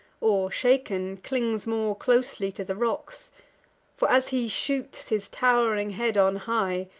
or, shaken, clings more closely to the rocks far as he shoots his tow'ring head on high,